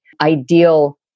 ideal